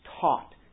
taught